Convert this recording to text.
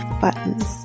buttons